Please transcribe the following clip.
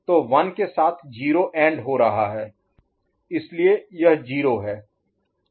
तो 1 के साथ 0 एंड हो रहा है इसलिए यह 0 है